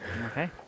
okay